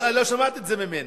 אני לא שמעתי את זה ממנו.